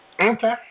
Okay